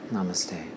Namaste